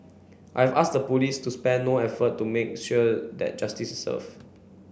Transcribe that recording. I have asked the police to spare no effort to make sure that justice is serve